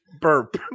burp